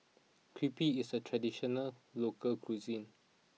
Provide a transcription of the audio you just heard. Crepe is a traditional local cuisine